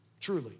Truly